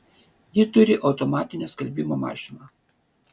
ji turi automatinę skalbimo mašiną